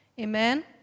Amen